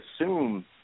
assume